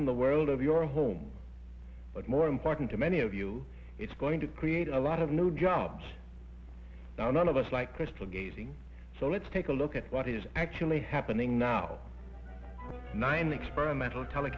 brighten the world of your home but more important to many of you it's going to create a lot of new jobs none of us like crystal gazing so let's take a look at what is actually happening now nine experimental tele